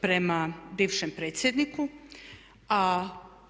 prema bivšem predsjedniku. A